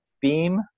beam